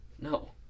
No